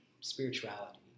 spirituality